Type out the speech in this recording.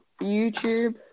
YouTube